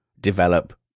develop